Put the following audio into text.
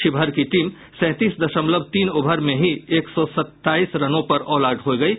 शिवहर की टीम सैंतीस दशमलव तीन ओवर में ही एक सौ सत्ताईस रनों पर ऑल आउट हो गयी